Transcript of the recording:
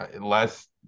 last